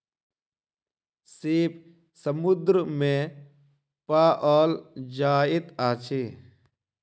सीप समुद्र में पाओल जाइत अछि